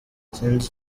sinzi